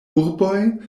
urboj